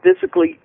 physically